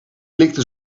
likte